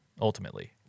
ultimately